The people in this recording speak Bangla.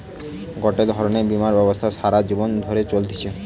গটে ধরণের বীমা ব্যবস্থা সারা জীবন ধরে চলতিছে